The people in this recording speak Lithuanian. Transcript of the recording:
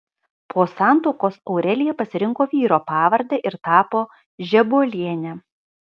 po santuokos aurelija pasirinko vyro pavardę ir tapo žebuoliene